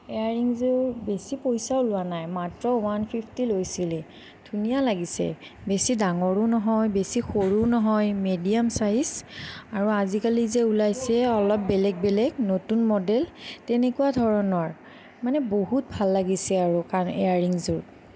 ইয়াৰৰিঙযোৰ বেছি পইচাও লোৱা নাই মাত্ৰ ৱান ফিফটি লৈছিলে ধুনীয়া লাগিছে বেছি ডাঙৰো নহয় বেছি সৰু নহয় মেডিয়াম ছাইজ আৰু আজিকালি যে ওলাইছে অলপ বেলেগ বেলেগ নতুন মডেল তেনেকুৱা ধৰণৰ মানে বহুত ভাল লাগিছে আৰু কাণ ইয়াৰৰিঙযোৰ